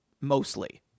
mostly